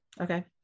Okay